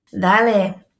Dale